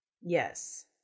Yes